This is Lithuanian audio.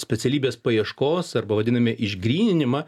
specialybės paieškos arba vadiname išgryninimą